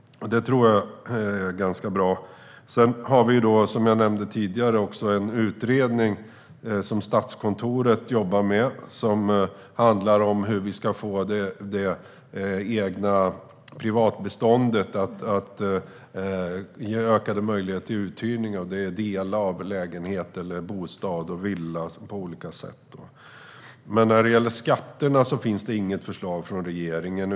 Det tror jag är ganska bra. Som jag nämnde tidigare jobbar Statskontoret med en utredning som handlar om hur man i privatbeståndet ska ge ökade möjligheter till uthyrning av delar av lägenhet, bostad eller villa. Men när det gäller skatterna finns det inget förslag från regeringen.